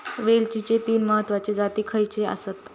वेलचीचे तीन महत्वाचे जाती खयचे आसत?